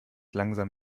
langsam